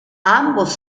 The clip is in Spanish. ambos